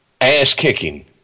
ass-kicking